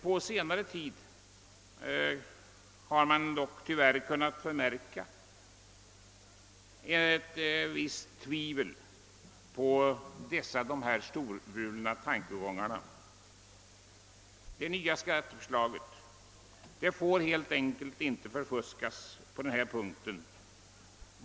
På senare tid har man dock tyvärr kunnat förmärka ett visst tvivel på dessa storvulna tankegångar. Det nya skatteförslaget får helt enkelt inte förfuskas på denna punkt.